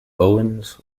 owens